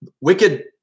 wicked